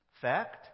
Fact